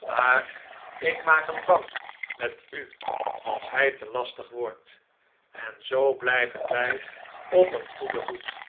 maar ik maak hem bang met u als hij te lastig wordt en zoo blijven wij op een goeden voet